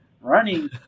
running